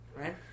right